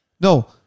No